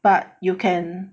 but you can